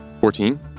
Fourteen